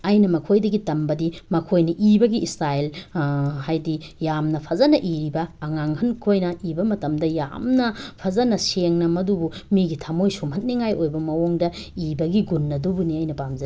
ꯑꯩꯅ ꯃꯈꯣꯏꯗꯒꯤ ꯇꯝꯕꯗꯤ ꯃꯈꯣꯏꯅ ꯏꯕꯒꯤ ꯏꯁꯇꯥꯏꯜ ꯍꯥꯏꯗꯤ ꯌꯥꯝꯅ ꯐꯖꯅ ꯏꯔꯤꯕ ꯑꯉꯥꯡꯍꯟꯈꯣꯏꯅ ꯏꯕ ꯃꯇꯝꯗ ꯌꯥꯝꯅ ꯐꯖꯅ ꯁꯦꯡꯅ ꯃꯗꯨꯕꯨ ꯃꯤꯒꯤ ꯊꯃꯣꯏ ꯁꯨꯝꯍꯠꯅꯤꯡꯉꯥꯏ ꯑꯣꯏꯕ ꯃꯑꯣꯡꯗ ꯏꯕꯒꯤ ꯒꯨꯟ ꯑꯗꯨꯕꯨꯅꯤ ꯑꯩꯅ ꯄꯥꯝꯖꯕ